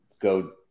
go